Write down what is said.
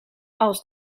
als